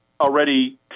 already